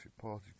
party